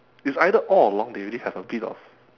it's either all along they already have a bit of